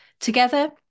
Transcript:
Together